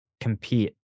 compete